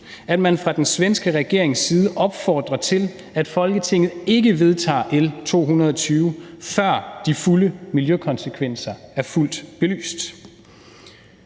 at man fra den svenske regerings side opfordrer til, at Folketinget ikke vedtager L 220, før de fulde miljøkonsekvenser er fuldt belyst.